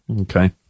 Okay